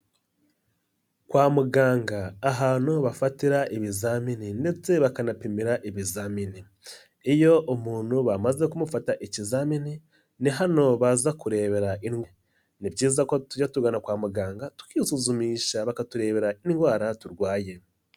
Kwa muganga ahantu bafatira ibizamini ndetse bakanapimira ibizamini, iyo umuntu bamaze kumufata ikizamini, ni hano baza kurebera imwe. Ni byiza ko tujya tugana kwa muganga tukisuzumisha bakaturebera indwara turwaye.